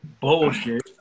bullshit